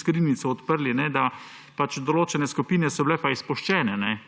skrinjico odprli, da določene skupine so bile izpuščene